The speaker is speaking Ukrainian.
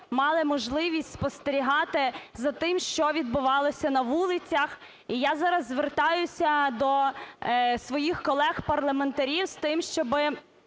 мали можливість спостерігати за тим, що відбувалося на вулицях. І я зараз звертаюся до своїх колег-парламентарів з тим, щоби